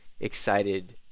excited